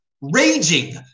raging